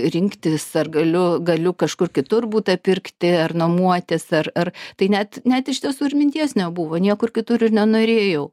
rinktis ar galiu galiu kažkur kitur butą pirkti ar nuomuotis ar ar tai net net iš tiesų ir minties nebuvo niekur kitur ir nenorėjau